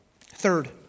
Third